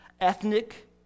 ethnic